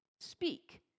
Speak